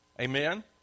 Amen